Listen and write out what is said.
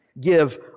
Give